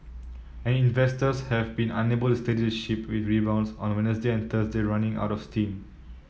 and investors have been unable to steady the ship with rebounds on Wednesday and Thursday running out of steam